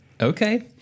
Okay